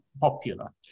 popular